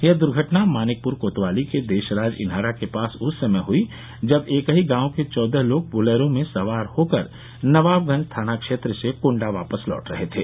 यह दुर्घटना मानिकपुर कोतवाली के देशराज इनारा के पास उस समय हुई जब एक ही गांव के चौदह लोग बोलेरो में सवार होकर नवाबगंज थाना क्षेत्र से कुण्डा वापस लौट रहे थे